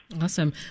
Awesome